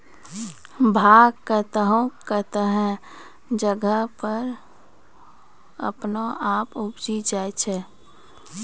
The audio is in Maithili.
भांग कतौह कतौह जगह पर अपने आप उपजी जाय छै